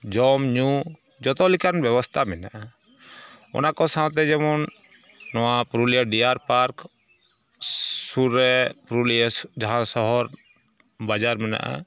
ᱡᱚᱢ ᱧᱩ ᱡᱚᱛᱚᱞᱮᱠᱟᱱ ᱵᱮᱵᱚᱥᱛᱟ ᱢᱮᱱᱟᱜᱼᱟ ᱚᱱᱟᱠᱚ ᱥᱟᱶᱛᱮ ᱡᱮᱢᱚᱱ ᱱᱚᱣᱟ ᱯᱩᱨᱩᱞᱤᱭᱟ ᱰᱤᱭᱟᱨ ᱯᱟᱨᱠ ᱥᱩᱨ ᱨᱮ ᱯᱩᱨᱩᱞᱤᱭᱟᱹ ᱡᱟᱦᱟᱸ ᱥᱚᱦᱚᱨ ᱵᱟᱡᱟᱨ ᱢᱮᱱᱟᱜᱼᱟ